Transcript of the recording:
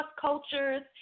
cultures